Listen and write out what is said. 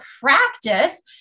practice